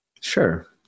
Sure